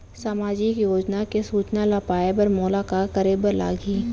सामाजिक योजना के सूचना ल पाए बर मोला का करे बर लागही?